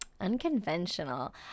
Unconventional